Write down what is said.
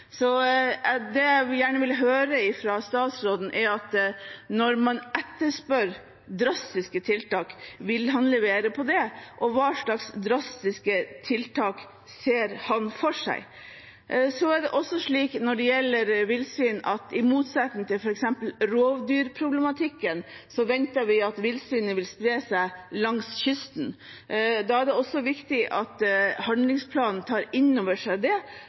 Så det jeg gjerne ville høre fra statsråden, er om han, når man etterspør «drastiske tiltak», vil levere på det? Og hvilke drastiske tiltak ser han for seg? Når det gjelder villsvin, venter vi, i motsetning til når det gjelder f.eks. rovdyrproblematikken, at villsvinet vil spre seg langs kysten. Da er det også viktig at handlingsplanen tar inn over seg at det